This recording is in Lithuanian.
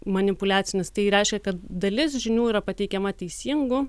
manipuliacinis tai reiškia kad dalis žinių yra pateikiama teisingų